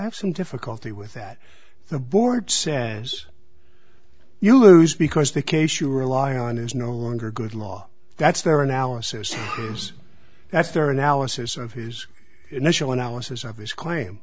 have some difficulty with that the board says you lose because the case you were lying on is no longer good law that's their analysis because that's their analysis of his initial analysis of his claim